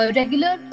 regular